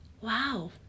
wow